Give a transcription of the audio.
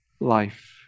life